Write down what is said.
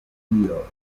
tio